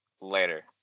Later